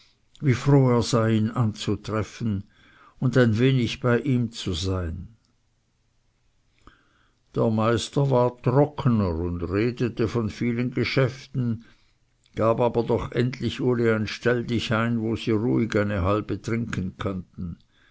wie froh er sei ihn anzutreffen und ein wenig bei ihm zu sein der meister war trockener und redete von vielen geschäften gab aber doch endlich uli ein stelldichein wo sie ruhig eine halbe trinken könnten